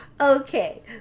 Okay